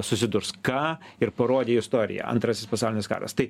susidurs ką ir parodė istorija antrasis pasaulinis karas tai